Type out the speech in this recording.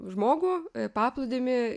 žmogų paplūdimį